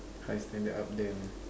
high standard up there one